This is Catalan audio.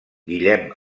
guillem